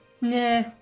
Nah